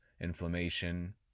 inflammation